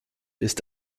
ist